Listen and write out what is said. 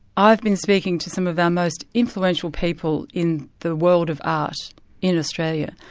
i've been speaking to some of our most influential people in the world of art in australia,